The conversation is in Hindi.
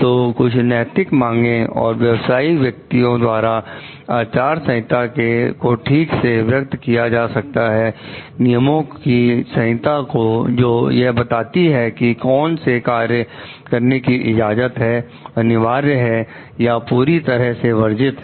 तो कुछ नैतिक मांगे और व्यवसायिक व्यक्तियों द्वारा आचार संहिता को ठीक से व्यक्त किया जा सकता है नियमों की संहिता जो यह बताती है कि कौन से कार्य करने की इजाजत है अनिवार्य हैं या पूरी तरह से वर्जित हैं